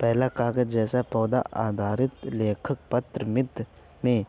पहला कागज़ जैसा पौधा आधारित लेखन पत्र मिस्र में